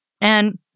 And-